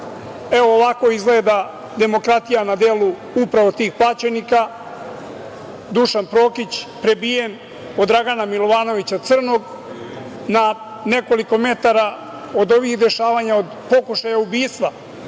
Evo, ovako izgleda demokratija na delu upravo tih plaćenika. Dušan Prokić prebijen od Dragana Milovanovića Crnog. Na nekoliko metara od ovi dešavanja, od pokušaja ubistva